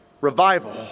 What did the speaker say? revival